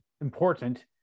important